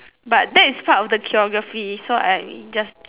but that is part of the choreography so I just